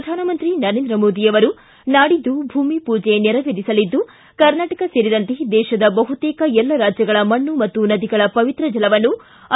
ಪ್ರಧಾನಮಂತ್ರಿ ನರೇಂದ್ರ ಮೋದಿ ನಾಡಿದ್ದು ಭೂಮಿ ಪೂಜೆ ನೆರವೇರಿಸಲಿದ್ದು ಕರ್ನಾಟಕ ಸೇರಿದಂತೆ ದೇಶದ ಬಹುತೇಕ ಎಲ್ಲ ರಾಜ್ಯಗಳ ಮಣ್ಣ ಮತ್ತು ನದಿಗಳ ಪವಿತ್ರ ಜಲವನ್ನು ಅಯೋಧೈಗೆ ತಲುಪಿಸಲಾಗಿದೆ